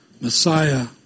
Messiah